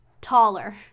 taller